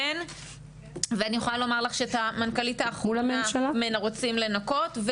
יכולה לומר לך שאת המנכ"לית האחרונה רוצים לנקות.